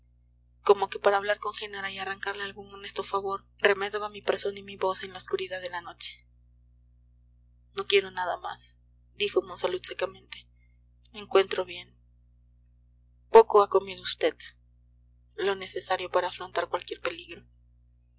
como que para hablar con genara y arrancarle algún honesto favor remedaba mi persona y mi voz en la oscuridad de la noche no quiero nada más dijo monsalud secamente me encuentro bien poco ha comido vd lo necesario para afrontar cualquier peligro